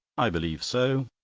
i believe so.